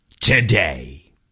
today